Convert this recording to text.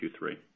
Q3